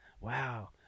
Wow